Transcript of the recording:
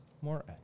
More